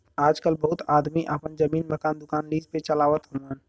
आजकल बहुत आदमी आपन जमीन, मकान, दुकान लीज पे चलावत हउअन